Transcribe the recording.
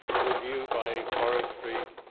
review by forestry,